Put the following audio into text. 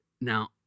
Now